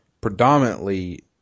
predominantly